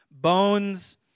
bones